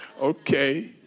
okay